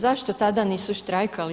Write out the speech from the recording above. Zašto tada nisu štrajkali?